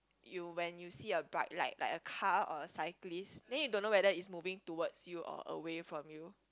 you when you see a bike like like a car or cyclist then you don't know whether is moving towards you or away from you